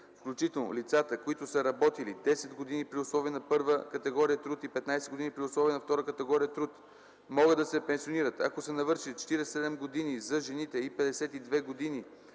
включително лицата, които са работили 10 години при условията на първа категория труд и 15 години при условията на втора категория труд, могат да се пенсионират, ако са навършили 47 години за жените и 52 години